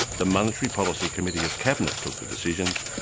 the monetary policy committee of cabinet took the decisions,